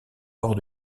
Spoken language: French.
ports